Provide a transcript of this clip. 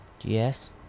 Yes